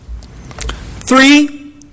Three